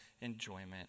enjoyment